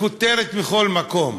מכותר מכל מקום,